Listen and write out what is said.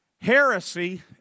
Heresy